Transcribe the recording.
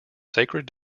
sacred